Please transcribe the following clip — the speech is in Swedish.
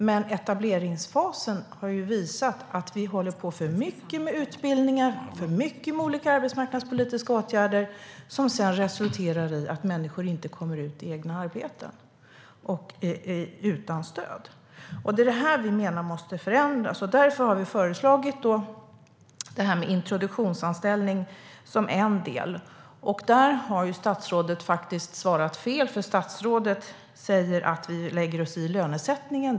Men etableringsfasen har ju visat att vi håller på för mycket med utbildningar och för mycket med olika arbetsmarknadspolitiska åtgärder som resulterar i att människor inte kommer ut i egna arbeten utan i stöd. Det är det här vi menar måste förändras, och därför har vi föreslagit introduktionsanställning som en del. Där har statsrådet faktiskt svarat fel, för statsrådet säger att vi lägger oss i lönesättningen.